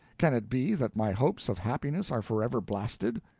can it be that my hopes of happiness are forever blasted!